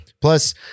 Plus